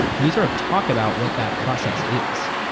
can you sort of talk about what that process is?